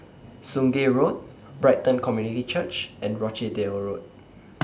Sungei Road Brighton Community Church and Rochdale Road